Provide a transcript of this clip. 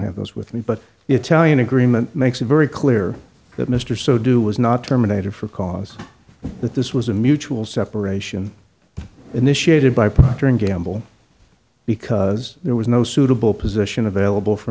have those with me but italian agreement makes it very clear that mr so do was not terminated for cause that this was a mutual separation initiated by proctor and gamble because there was no suitable position available for